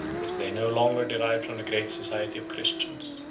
which they no longer derived from the great society of christians.